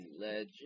Legend